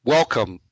Welcome